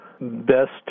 Best